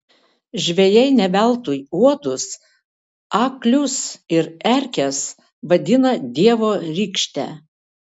žvejai ne veltui uodus aklius ir erkes vadina dievo rykšte